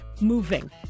moving